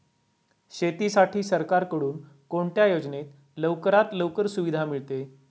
शेतीसाठी सरकारकडून कोणत्या योजनेत लवकरात लवकर सुविधा मिळते?